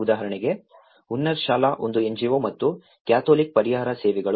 ಉದಾಹರಣೆಗೆ ಹುನ್ನಾರಶಾಲಾ ಒಂದು NGO ಮತ್ತು ಕ್ಯಾಥೋಲಿಕ್ ಪರಿಹಾರ ಸೇವೆಗಳು